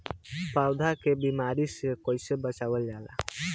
पौधा के बीमारी से कइसे बचावल जा?